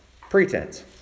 pretense